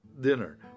dinner